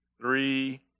three